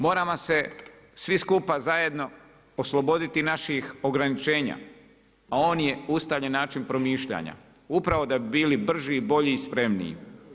Moramo se svi skupa zajedno osloboditi naših ograničenja, a on je ustaljen način promišljanja upravo da bi bili brži, bolji i spremniji.